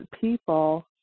people